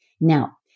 Now